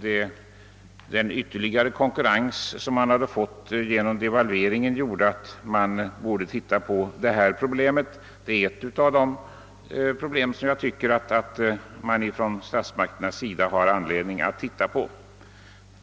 det finns stor anledning att beakta även detta problem.